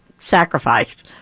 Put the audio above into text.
sacrificed